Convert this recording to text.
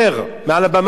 מעל הבמה הזאת,